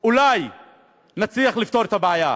אולי נצליח לפתור את הבעיה.